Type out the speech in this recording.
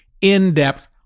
in-depth